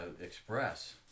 express